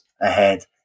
ahead